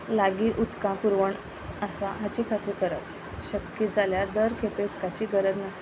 लागीं उदका पुरवण आसा हाची खात्री करप शक्य जाल्यार दर खेपे उदकाची गरज नासता